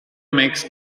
makes